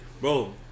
Bro